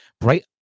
bright